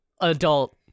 adult